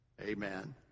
Amen